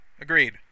Agreed